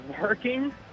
working